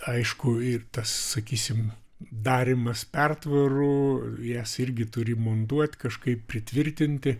aišku ir tas sakysim darymas pertvarų jas irgi turi montuot kažkaip pritvirtinti